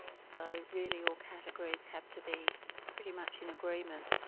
so really all categories have to be pretty much in agreement.